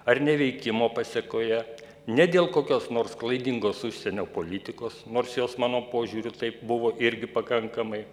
ar neveikimo pasekoje ne dėl kokios nors klaidingos užsienio politikos nors jos mano požiūriu taip buvo irgi pakankamai